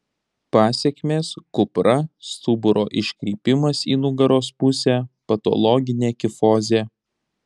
pasekmės kupra stuburo iškrypimas į nugaros pusę patologinė kifozė